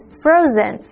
frozen